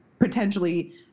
potentially